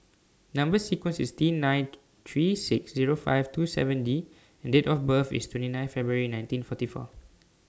Number sequence IS T nine three six Zero five two seven D and Date of birth IS twenty nine February nineteen forty four